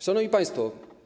Szanowni Państwo!